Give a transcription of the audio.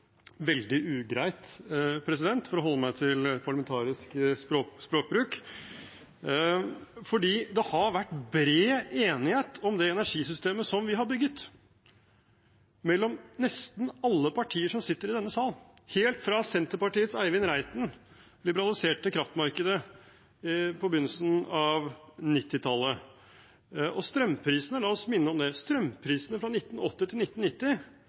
veldig ugreit – for å holde meg til parlamentarisk språkbruk. For det har vært bred enighet om det energisystemet som vi har bygget, mellom nesten alle partier som sitter i denne sal, helt fra Senterpartiets Eivind Reiten liberaliserte kraftmarkedet på begynnelsen av 1990-tallet. La oss minne om dette: Strømprisene var i snitt høyere fra 1980 til 1990